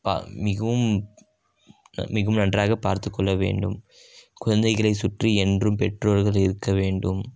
மிகவும் மிகவும் நன்றாக பார்த்து கொள்ள வேண்டும் குழந்தைகளை சுற்றி என்றும் பெற்றோர்கள் இருக்க வேண்டும்